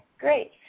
great